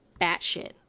batshit